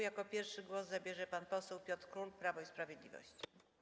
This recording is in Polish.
Jako pierwszy głos zabierze pan poseł Piotr Król, Prawo i Sprawiedliwość.